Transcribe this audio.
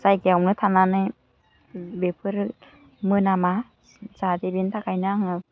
जायगायावनो थानानै बेफोरो मोनामा जाहाथे बिनि थाखायनो आङो